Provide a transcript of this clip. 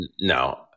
No